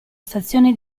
stazione